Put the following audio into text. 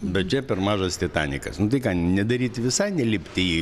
bet čia per mažas titanikas nu tai ką nedaryti visai nelipti į